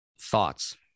Thoughts